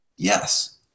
Yes